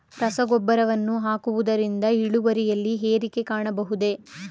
ರಸಗೊಬ್ಬರವನ್ನು ಹಾಕುವುದರಿಂದ ಇಳುವರಿಯಲ್ಲಿ ಏರಿಕೆ ಕಾಣಬಹುದೇ?